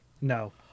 No